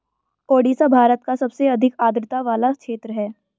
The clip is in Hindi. ओडिशा भारत का सबसे अधिक आद्रता वाला क्षेत्र है